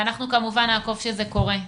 ואנחנו כמובן נעקוב שזה קורה.